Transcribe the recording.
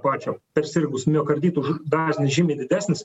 pačio persirgus miokarditu dažnis žymiai didesnis